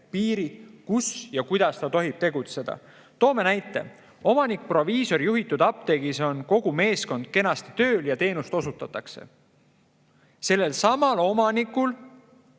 piiri, kus ja kuidas ta tohib tegutseda. Toome näite. Omanik-proviisori juhitud apteegis on kogu meeskond kenasti tööl ja teenust osutatakse. Sellelsamal omanikul